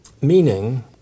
Meaning